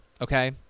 okay